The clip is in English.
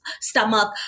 stomach